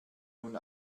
nun